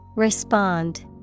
Respond